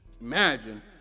Imagine